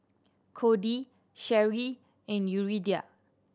Kody Sherri and Yuridia